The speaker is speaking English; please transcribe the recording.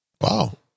Wow